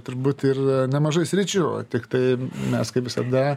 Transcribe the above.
turbūt ir nemažai sričių tiktai mes kaip visada